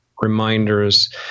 Reminders